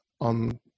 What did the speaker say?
on